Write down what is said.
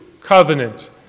covenant